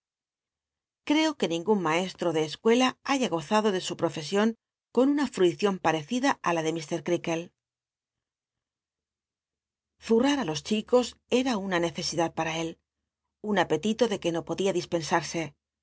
creo que ningun maestro de escuela haya gozmlo de su profesion con una fruicion parecida i la de ir creaklc zul'l ll á los chicos era una necesidad p ua él un apetito de cruc no podia dispensarse